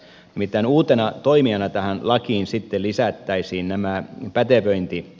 nimittäin uutena toimijana tähän lakiin sitten lisättäisiin nämä pätevöintielimet